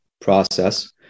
process